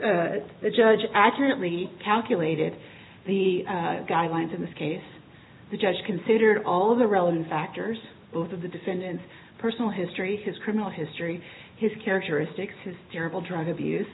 the judge accurately calculated the guidelines in this case the judge considered all of the relevant factors both of the defendant's personal history his criminal history his characteristics his terrible drug abuse